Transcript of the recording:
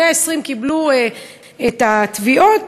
120 קיבלו את התביעות